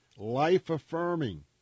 life-affirming